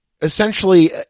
Essentially